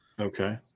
okay